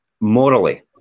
morally